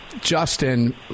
Justin